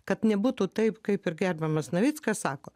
kad nebūtų taip kaip ir gerbiamas navickas sako